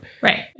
Right